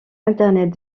internet